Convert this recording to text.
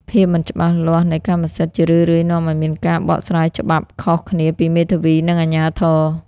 ភាពមិនច្បាស់លាស់នៃកម្មសិទ្ធិ ជារឿយៗនាំឱ្យមានការបកស្រាយច្បាប់ខុសគ្នាពីមេធាវី និងអាជ្ញាធរ។